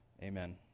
Amen